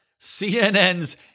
CNN's